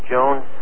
Jones